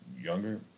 younger